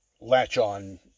latch-on